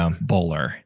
bowler